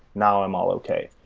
now, i'm all okay.